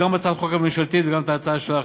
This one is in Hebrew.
גם הצעת החוק הממשלתית וגם ההצעה שלך,